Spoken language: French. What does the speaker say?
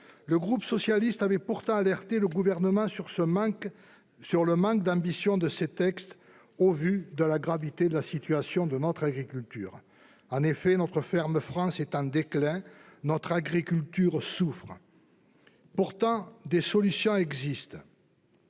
Le groupe socialiste avait pourtant alerté le Gouvernement sur le manque d'ambition de ces textes au vu de la gravité de la situation de notre agriculture. En effet, la ferme France est en déclin, notre agriculture souffre. Pourtant, des solutions existent.